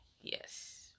Yes